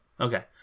Okay